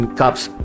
cops